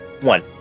One